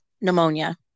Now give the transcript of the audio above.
pneumonia